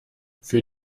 für